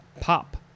pop